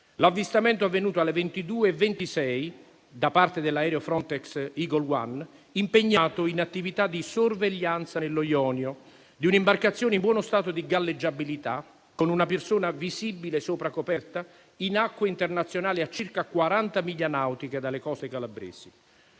l'avvistamento, avvenuto alle 22,26 da parte dell'aereo Frontex Eagle 1, impegnato in un'attività di sorveglianza nello Jonio, di una imbarcazione in buono stato di galleggiabilità, con una persona visibile sopra coperta in acque internazionali, a circa 40 miglia nautiche dalle coste calabresi.